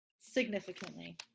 Significantly